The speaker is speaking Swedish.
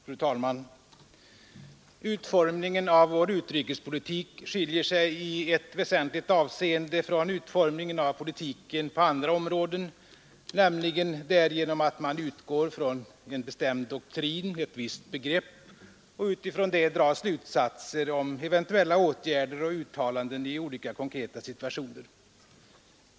Fru talman! Utformningen av vår utrikespolitik skiljer sig i ett väsentligt avseende från utformningen av politiken på andra områden, nämligen därigenom att man utgår ifrån en bestämd doktrin, ett visst begrepp, och utifrån detta drar slutsatser om eventuella åtgärder och uttalanden i olika konkreta situationer.